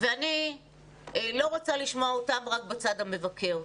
ואני לא רוצה לשמוע אותם רק בצד המבקר,